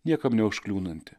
niekam neužkliūnanti